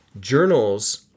journals